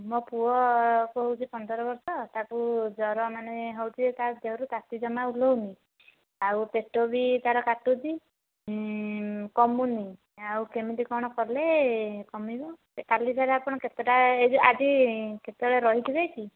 ମୋ' ପୁଅକୁ ହେଉଛି ପନ୍ଦର ବର୍ଷ ତାକୁ ଜ୍ୱର ମାନେ ହେଉଛି ତା ଦେହରୁ ତାତି ଜମା ଓହ୍ଲାଉନାହିଁ ଆଉ ପେଟ ବି ତା'ର କାଟୁଛି କମୁନାହିଁ ଆଉ କେମିତି କଣ କଲେ କମିବ କାଲି ତା'ହେଲେ ଆପଣ କେତେଟା ଏଇ ଯେ ଆଜି କେତେବେଳେ ରହିଥିବେ କି